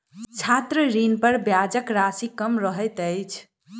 छात्र ऋणपर ब्याजक राशि कम रहैत अछि